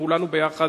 כולנו יחד,